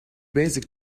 basic